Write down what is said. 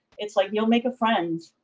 it's like, you'll make a friend.